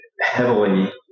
heavily